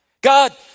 God